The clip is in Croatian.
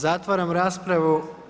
Zatvaram raspravu.